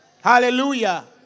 Hallelujah